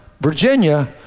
Virginia